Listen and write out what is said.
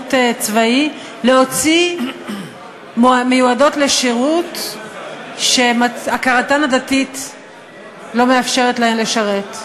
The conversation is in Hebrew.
בשירות צבאי להוציא מיועדות לשירות שהכרתן הדתית לא מאפשרת להן לשרת.